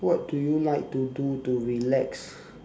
what do you like to do to relax